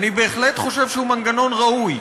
אני בהחלט חושב שהוא מנגנון ראוי.